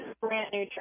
brand-new